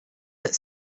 that